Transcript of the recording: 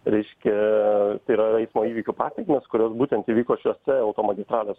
reiškia tai yra eismo įvykių pasekmės kurios būtent įvyko šiuose automagistralės